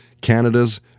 canada's